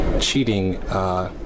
cheating